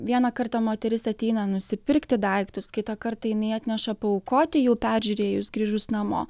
vieną kartą moteris ateina nusipirkti daiktus kitą kartą jinai atneša paaukoti jau peržiūrėjus grįžus namo